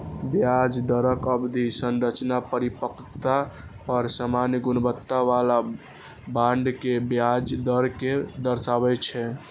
ब्याज दरक अवधि संरचना परिपक्वता पर सामान्य गुणवत्ता बला बांड के ब्याज दर कें दर्शाबै छै